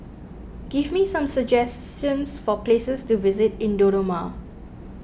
give me some suggestions for places to visit in Dodoma